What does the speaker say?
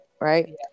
right